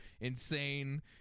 insane